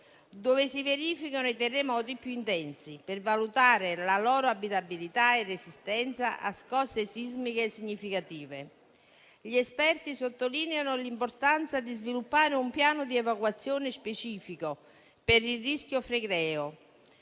dove si verificano i terremoti più intensi, per valutare la loro abitabilità e resistenza a scosse sismiche significative. Gli esperti sottolineano l'importanza di sviluppare un piano di evacuazione specifico per il rischio flegreo,